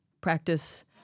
practice